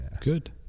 Good